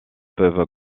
peuvent